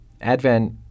Advent